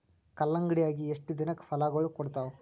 ಕಲ್ಲಂಗಡಿ ಅಗಿ ಎಷ್ಟ ದಿನಕ ಫಲಾಗೋಳ ಕೊಡತಾವ?